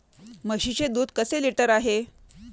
म्हशीचे दूध कसे लिटर आहे?